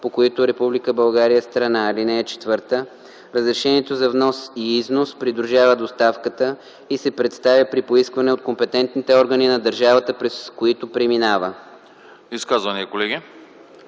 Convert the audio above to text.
България е страна. (4) Разрешението за внос и износ придружава доставката и се представя при поискване от компетентните органи на държавите, през които преминава.”